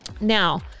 now